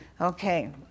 Okay